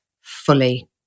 fully